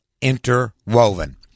interwoven